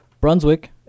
Brunswick